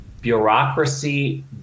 bureaucracy